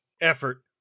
effort